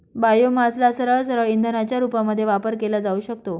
बायोमासला सरळसरळ इंधनाच्या रूपामध्ये वापर केला जाऊ शकतो